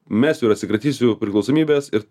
mesiu ir atsikratysiu priklausomybės ir